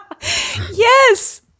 Yes